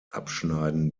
abschneiden